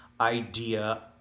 idea